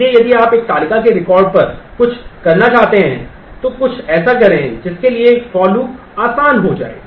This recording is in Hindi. इसलिए यदि आप एक तालिका के रिकॉर्ड पर कुछ करना चाहते हैं तो कुछ ऐसा करें जिसके लिए for लूप आसान हो जाए